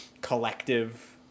Collective